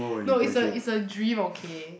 no is a is a dream okay